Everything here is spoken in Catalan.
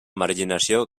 marginació